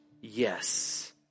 Yes